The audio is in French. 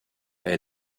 est